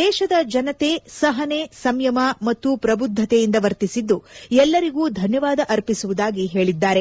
ದೇಶದ ಜನತೆ ಸಹನೆ ಸಂಯಮ ಮತ್ತು ಪ್ರಬುದ್ಧತೆಯಿಂದ ವರ್ತಿಸಿದ್ದು ಎಲ್ಲರಿಗೂ ಧನ್ಕವಾದ ಅರ್ಪಿಸುವುದಾಗಿ ಹೇಳಿದ್ದಾರೆ